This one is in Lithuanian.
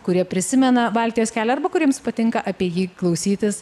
kurie prisimena baltijos kelią arba kuriems patinka apie jį klausytis